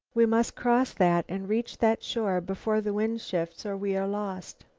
we must cross that and reach that shore before the wind shifts or we are lost.